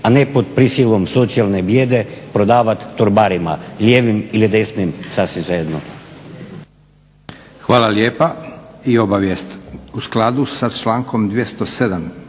a ne pod prisilom socijalne bijede prodavati torbarima lijevim ili desnim sasvim svejedno. **Leko, Josip (SDP)** Hvala lijepa. I obavijest, u skladu sa člankom 207.